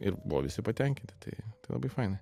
ir buvo visi patenkinti tai labai fainai